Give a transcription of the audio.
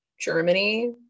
Germany